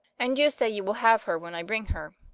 and you say you will have her when i bring her?